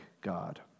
God